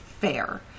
fair